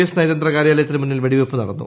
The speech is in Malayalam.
എസ് നയതന്ത്ര കാര്യാലയത്തിനു മുന്നിൽ വെടിവയ്പ്പ് നടന്നു